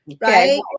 Right